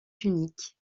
unique